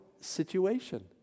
situation